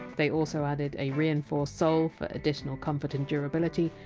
they also added a reinforced sole, for additional comfort and durability,